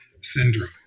syndrome